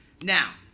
Now